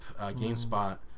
GameSpot